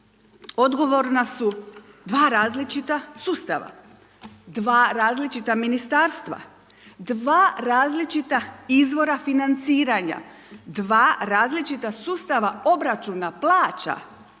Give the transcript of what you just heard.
odgovorna su dva različita sustava, dva različita ministarstva, dva različita izvora financiranja, dva različita sustava obračuna plaća